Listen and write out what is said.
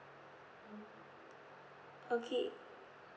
okay